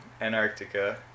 Antarctica